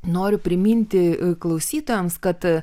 noriu priminti klausytojams kad